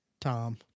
Tom